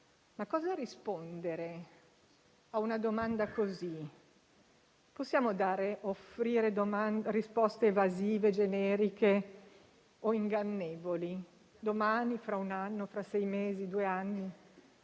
Cosa rispondere a una domanda simile? Possiamo offrire risposte evasive, generiche o ingannevoli? Domani, fra un anno, fra sei mesi o fra due anni?